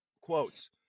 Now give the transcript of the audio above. quotes